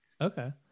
Okay